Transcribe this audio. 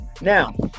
Now